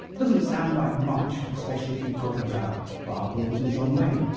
doesn't sound like much, especially if you're talking about bar brawls and john wayne,